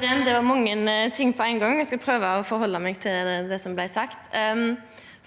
Det var mange ting på ein gong. Eg skal prøva å forhalda meg til det som blei sagt.